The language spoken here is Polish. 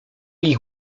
ich